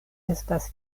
estas